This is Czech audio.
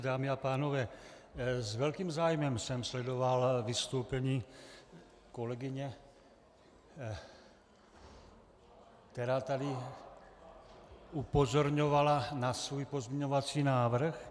Dámy a pánové, s velkým zájmem jsem sledoval vystoupení kolegyně, která tady upozorňovala na svůj pozměňovací návrh.